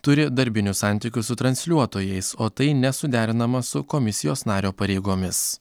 turi darbinius santykius su transliuotojais o tai nesuderinama su komisijos nario pareigomis